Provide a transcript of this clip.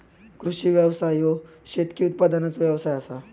कृषी व्यवसाय ह्यो शेतकी उत्पादनाचो व्यवसाय आसा